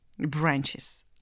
branches